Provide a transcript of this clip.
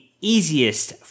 easiest